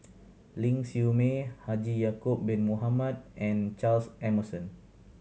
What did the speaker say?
Ling Siew May Haji Ya'acob Bin Mohamed and Charles Emmerson